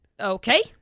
Okay